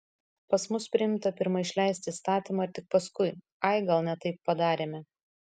pas mus priimta pirma išleisti įstatymą ir tik paskui ai gal ne taip padarėme